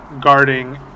guarding